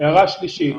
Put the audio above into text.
הערה נכונה.